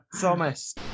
Thomas